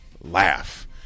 laugh